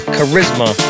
Charisma